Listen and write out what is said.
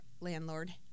landlord